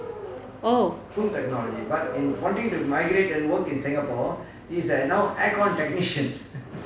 oh